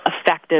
effective